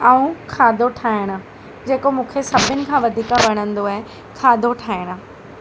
ऐं खाधो ठाहिणु जेको मूंखे सभिनि खां वधीक वणंदो आहे खाधो ठाहिणु